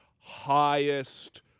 highest